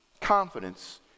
Confidence